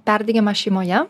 perdegimą šeimoje